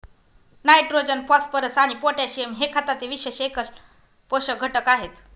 nitrogen, phosphorus आणि potassium हे खताचे विशेष एकल पोषक घटक आहेत